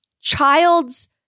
child's